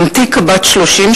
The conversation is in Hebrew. ענתיקה בת 30,